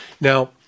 Now